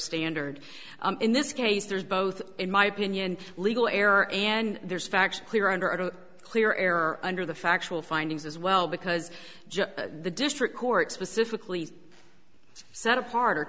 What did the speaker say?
standard in this case there's both in my opinion legal error and there's facts clear under a clear error under the factual findings as well because the district court specifically set apart or